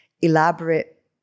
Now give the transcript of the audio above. elaborate